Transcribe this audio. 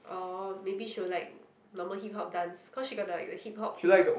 orh maybe she would like normal hip hop dance cause she got the like hip hop feel